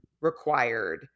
required